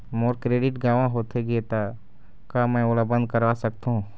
मोर credit गंवा होथे गे ता का मैं ओला बंद करवा सकथों?